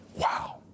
Wow